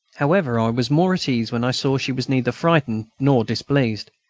however, i was more at ease when i saw she was neither frightened nor displeased.